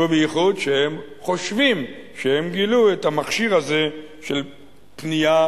ובייחוד כשהם חושבים שהם גילו את המכשיר הזה של פנייה